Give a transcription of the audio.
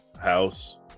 house